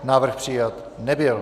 Návrh přijat nebyl.